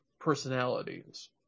personalities